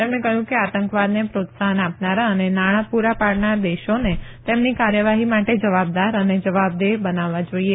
તેમણે કહયુ કે આતંકવાદને પ્રોત્સાહન આપનારા અને નાણાં પુરા પાડનાર દેશોને તેમની કાર્યવાહી માટે જવાબદાર અને જવાબદેહ બનાવવા જાઈએ